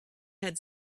had